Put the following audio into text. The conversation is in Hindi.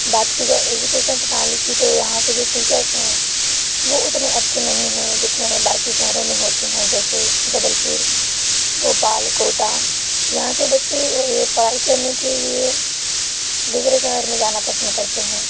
बात की जाए एजुकेशन प्रणाली की तो यहाँ के जो टीचर्स हैं वो उतने अच्छे नहीं हैं जितने बाकी शहरों में होते हैं जैसे जबलपुर भोपाल कोटा यहाँ के बच्चे पढ़ाई करने के लिए दूसरे शहर में जाना पसंद करते हैं